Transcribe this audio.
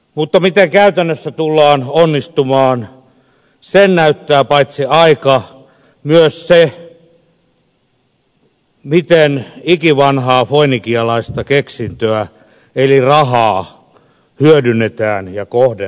mutta miten käytännössä tullaan onnistumaan sen näyttää paitsi aika myös se miten ikivanhaa foinikialaista keksintöä eli rahaa hyödynnetään ja kohdennetaan